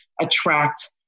attract